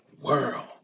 world